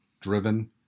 driven